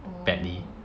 oh